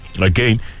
Again